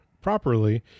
properly